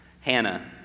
Hannah